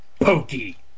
Pokey